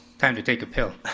time to take a pill.